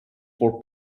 for